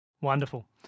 Wonderful